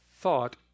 thought